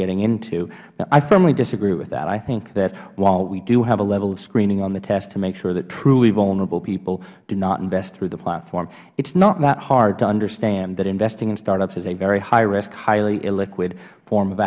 getting into i firmly disagree with that i think that while we do have a level of screening on the test to make sure that truly vulnerable people do not invest through the platform it is not that hard to understand that investing in startups is a very highrisk highly illiquid form of